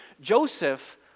Joseph